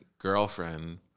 girlfriend